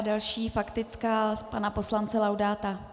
Další faktická pana poslance Laudáta.